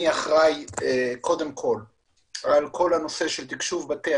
אני אחראי על כל הנושא של תקשוב בתי